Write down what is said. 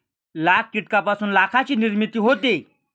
लाख कीटकांपासून लाखाची निर्मिती होते